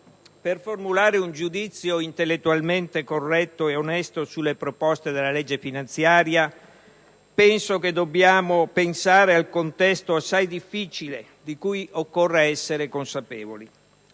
per formulare un giudizio intellettualmente corretto ed onesto sulle proposte della legge finanziaria, penso che dobbiamo riflettere sul contesto assai difficile, di cui occorre essere consapevoli.